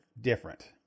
different